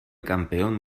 campeón